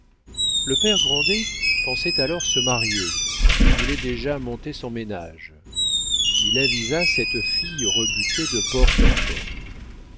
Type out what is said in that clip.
le père grandet pensait alors à se marier et voulait déjà monter son ménage il avisa cette fille rebutée de porte en porte